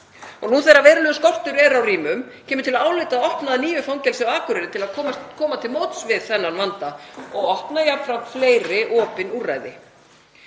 Nú þegar verulegur skortur er á rýmum, kemur til álita að opna að nýju fangelsi á Akureyri til að koma til móts við þennan vanda og opna jafnframt fleiri opin úrræði?